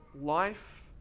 life